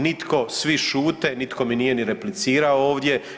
Nitko, svi šute, nitko mi nije ni replicirao ovdje.